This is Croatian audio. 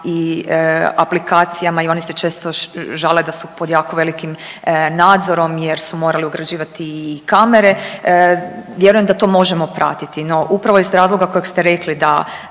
i aplikacijama i oni se često žale da su pod jako velikim nadzorom jer su morali ugrađivati i kamare, vjerujem da to možemo pratiti. No upravo iz razloga kojeg ste rekli da